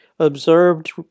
observed